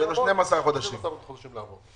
12 חודשים לעבוד.